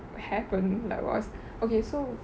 happened like was okay so